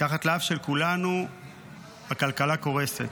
מתחת לאף של כולנו הכלכלה קורסת.